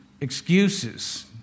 excuses